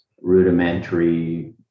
rudimentary